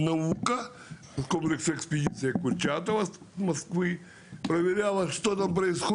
כ-59% נמצאים בטווח הגילאים 60-74